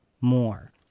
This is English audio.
more